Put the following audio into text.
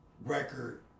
record